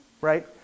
Right